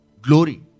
glory